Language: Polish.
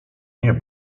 nie